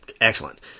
Excellent